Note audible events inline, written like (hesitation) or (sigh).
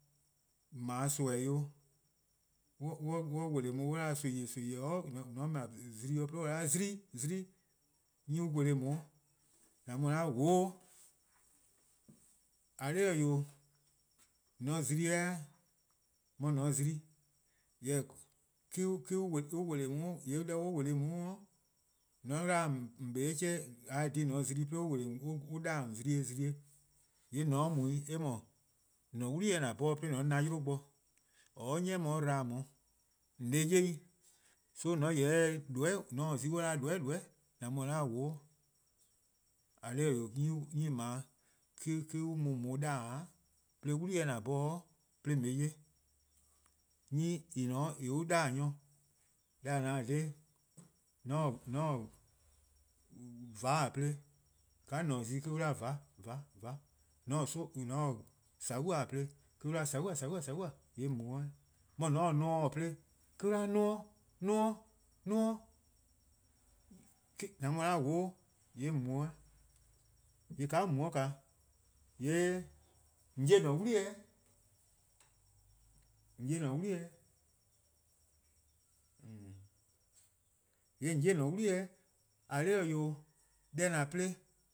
:Mor :on 'ble nimi 'o (hesitation) :mor on wele' on nimi, nimi, or' :mor :on 'ble zimi 'de on 'ye :ao' zimi: zimi: 'nyne an 'da-dih on 'an mu o goo'. :eh :korn dhih-eh, :on :se zimi-eh: 'de mor :on :se zimi: jorwor: (hesitation) me-: on wele on, :mor 'da (hesitation) on kpa-a 'chehn :eh :korn dhih :on :se zimi-eh: 'de (hesitation) on 'wele: on 'de an 'da-dih :on zimi-eh zimi-eh' :yee' :on :se 'de mu 'i, :yee' :on :se 'de mu 'i :yee' eh :mor, :an-: 'wli-eh: :an 'bhorn-a 'de :an na-a 'yluh bo or' 'de 'ni-a dba-dih on, :on se-eh 'ye 'i. So an :yeh :se :doeh' :mor :on taa zi :mor on 'da :doeh' :doeh':an mu 'o goo', :eh :korn dhih-eh wee' (hesitation) 'nyne :daa (hesitation) me-: an mu :on 'da-dih' 'de 'wli-eh: :an 'bhorn-a :on 'ye-eh 'ye. 'Nyne :en :ne-a 'o :en on 'da-dih-a nyor, deh :a ne-a :dha :daa, (hesitation) :mor :on taa vaan plo, :ka :on taa zi 'de on 'da vaan, vaan. vaan, (hesitation) :mor on taa sobo' plo,'de on 'da sobo, sobo, sobo, :yee' :on mu 'de 'weh, 'de mor :mor :on taa nomor plo,'de on 'da, nomor, nomor, nomor, (hesitation) :an mu 'o goo'. :yee' :on mu 'de 'weh.:yee' :ka :on mu-a 'de, :yee' :on 'ye :an-a' 'wli-eh 'weh. (hesitation) :on 'ye :an-a' 'wli 'weh, :eh :korn dhih-eh wee :yoo:, deh :an plo-a.